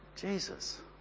Jesus